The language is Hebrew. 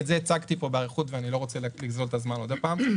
את זה הצגתי פה באריכות ואני לא רוצה לגזול את הזמן עוד פעם.